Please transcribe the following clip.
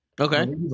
Okay